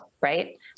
right